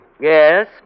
Yes